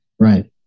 Right